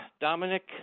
Dominic